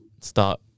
start